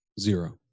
zero